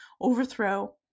overthrow